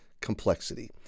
complexity